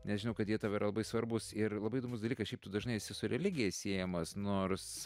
nes žinau kad jie tau yra labai svarbūs ir labai įdomus dalykas šiaip tu dažnai esi su religija siejamas nors